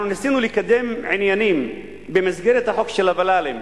אנחנו ניסינו לקדם עניינים במסגרת חוק הוול"לים.